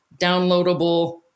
downloadable